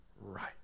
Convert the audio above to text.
right